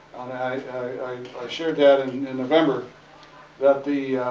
i shared that and in november that the